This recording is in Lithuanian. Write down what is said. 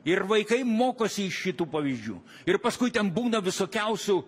ir vaikai mokosi iš šitų pavyzdžių ir paskui ten būna visokiausių